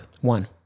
One